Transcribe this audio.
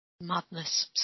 madness